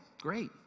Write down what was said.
great